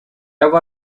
agua